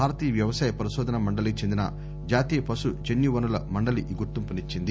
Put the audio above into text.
భారత వ్యవసాయ పరిశోధనా మండలికి చెందిన జాతీయ పశు జన్యు వనరుల మండలి ఈ గుర్తింపునిచ్చింది